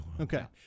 Okay